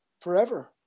Forever